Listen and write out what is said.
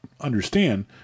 understand